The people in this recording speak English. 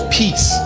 peace